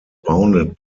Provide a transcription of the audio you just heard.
bounded